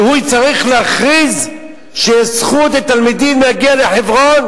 שהוא יצטרך להכריז שיש זכות לתלמידים להגיע לחברון?